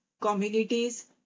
communities